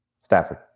Stafford